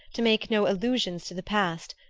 to make no allusions to the past,